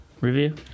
review